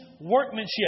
workmanship